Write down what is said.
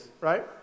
right